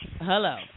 Hello